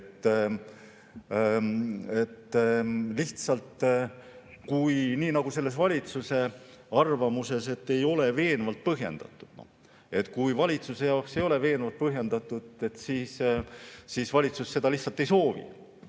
Lihtsalt, nii nagu selles valitsuse arvamuses oli, et ei ole veenvalt põhjendatud – kui valitsuse jaoks ei ole veenvalt põhjendatud, siis valitsus seda lihtsalt ei soovi.